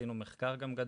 עשינו גם מחקר גדול,